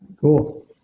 Cool